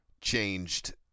changed